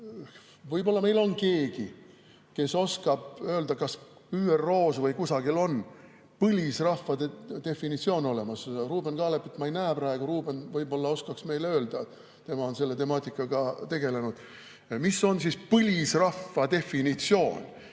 võib-olla meil on keegi, kes oskab öelda, kas ÜRO-s või kusagil on põlisrahva definitsioon olemas. Ruuben Kaalepit ma ei näe praegu, Ruuben võib-olla oskaks meile öelda, tema on selle temaatikaga tegelenud. Mis on põlisrahva definitsioon?